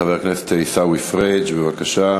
חבר הכנסת עיסאווי פריג', בבקשה.